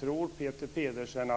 Tror Peter Pedersen